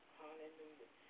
Hallelujah